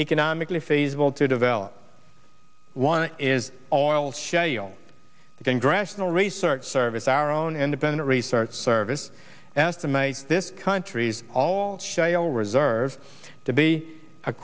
economically feasible to develop one is all shale the congressional research service our own independent research service estimates this country's all shale reserves to be a